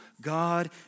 God